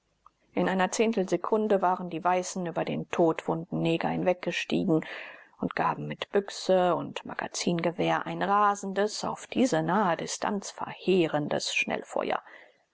in einer zehntelsekunde waren die zwei weißen über den todwunden neger hinweggestiegen und gaben mit büchse und magazingewehr ein rasendes auf diese nahe distanz verheerendes